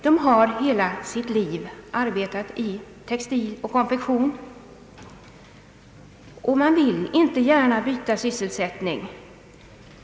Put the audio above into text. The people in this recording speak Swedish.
De har hela sitt liv arbetat inom textil och konfektion och vill inte gärna byta sysselsättning.